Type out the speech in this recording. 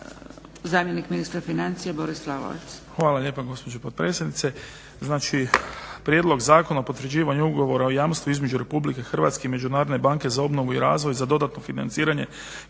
Zamjenik ministra financija Boris Lalovac.